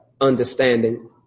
understanding